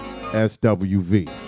SWV